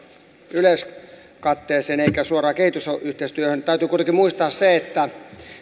yleiskatteeseen eikä suoraan kehitysyhteistyöhön täytyy kuitenkin muistaa se että